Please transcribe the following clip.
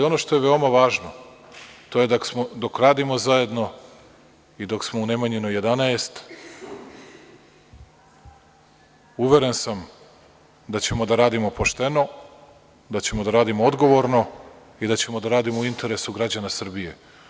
Ono što je veoma važno to je da dok radimo zajedno i dok smo u Nemanjinoj 11 uveren sam da ćemo da radimo pošteno, da ćemo da radimo odgovorno i da ćemo da radimo u interesu građana Srbije.